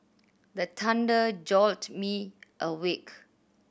the thunder jolt me awake